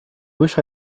wish